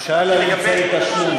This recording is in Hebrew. הוא שאל על אמצעי תשלום.